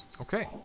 Okay